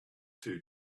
two